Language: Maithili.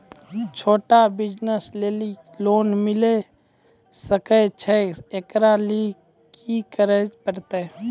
छोटा बिज़नस लेली लोन मिले सकय छै? एकरा लेली की करै परतै